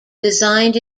designed